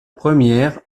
première